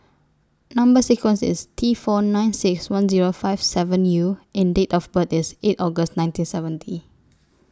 Number sequence IS T four nine six one Zero five seven U and Date of birth IS eight August nineteen seventy